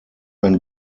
ein